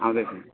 आउँदैछु